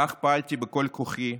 כך, פעלתי בכל כוחי למענם,